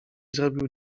zrobił